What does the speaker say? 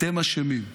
אתם אשמים.